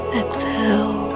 exhale